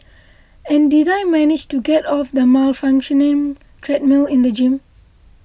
and did I manage to get off the malfunctioning treadmill in the gym